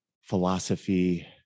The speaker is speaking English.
philosophy